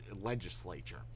legislature